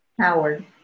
Howard